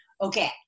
Okay